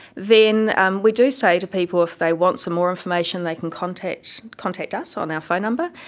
then um we do is say to people if they want some more information they can contact contact us on our phone number,